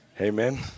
amen